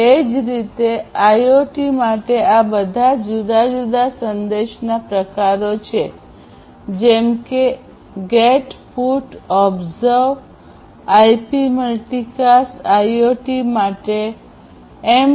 એ જ રીતે આઇઓટી માટે આ બધા જુદા જુદા સંદેશના પ્રકારો છે જેમ કે get put observe IP multicast IoT માટે એમ